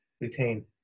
retain